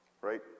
Right